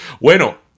bueno